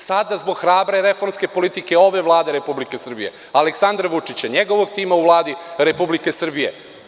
Sada zbog hrabre reformske politike ove Vlade Republike Srbije, Aleksandra Vučića, njegovog tima u Vladi Republike Srbije…